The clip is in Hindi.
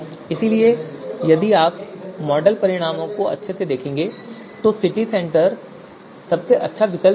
इसलिए यदि आप वर्तमान मॉडल परिणामों को देखें तो सिटी सेंटर सबसे अच्छा विकल्प निकला